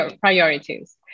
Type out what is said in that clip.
priorities